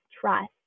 trust